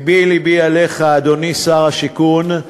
לבי לבי עליך, אדוני שר השיכון,